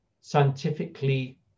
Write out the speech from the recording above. scientifically